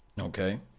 Okay